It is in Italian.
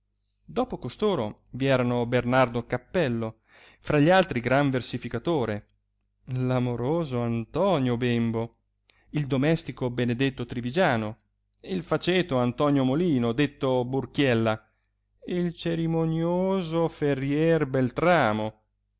dopo costoro vi erano bernardo cappello fra gli altri gran verificatore amoroso antonio bembo il domestico benedetto trivigiano il faceto antonio molino detto burchiella il cerimonioso ferier beltramo